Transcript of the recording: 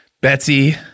Betsy